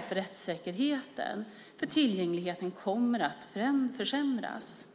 för rättssäkerheten eftersom tillgängligheten kommer att försämras.